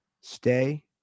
stay